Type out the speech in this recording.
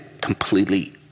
completely